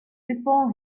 before